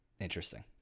Interesting